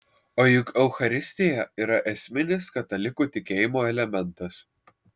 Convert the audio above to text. o juk eucharistija yra esminis katalikų tikėjimo elementas